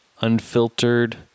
unfiltered